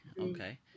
okay